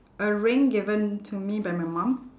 a ring given to me by my mum